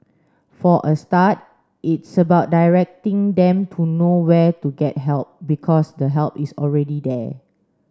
for a start it's about directing them to know where to get help because the help is already there